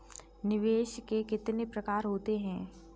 निवेश के कितने प्रकार होते हैं?